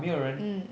mm